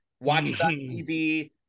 watch.tv